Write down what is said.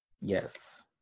Yes